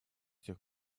тех